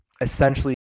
essentially